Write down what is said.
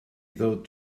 ddod